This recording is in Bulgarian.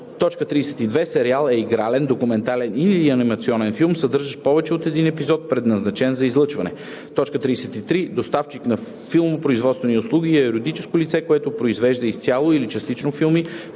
32. „Сериал“ е игрален, документален или анимационен филм, съдържащ повече от един епизод, предназначен за излъчване. 33. „Доставчик на филмопроизводствени услуги“ е юридическо лице, което произвежда изцяло или частично филми,